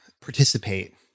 participate